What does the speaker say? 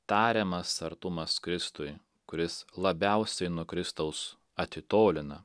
tariamas artumas kristui kuris labiausiai nuo kristaus atitolina